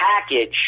package